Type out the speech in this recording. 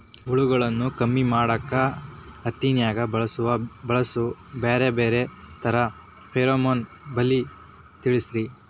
ಹುಳುಗಳು ಕಮ್ಮಿ ಮಾಡಾಕ ಹತ್ತಿನ್ಯಾಗ ಬಳಸು ಬ್ಯಾರೆ ಬ್ಯಾರೆ ತರಾ ಫೆರೋಮೋನ್ ಬಲಿ ತಿಳಸ್ರಿ